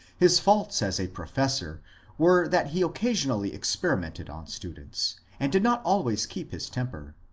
his faults as a professor were that he occasionally experi mented on students, and did not always keep his temper.